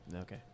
Okay